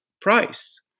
price